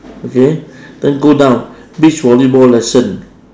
okay then go down beach volleyball lesson